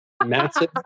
Massive